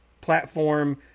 platform